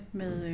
med